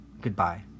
Goodbye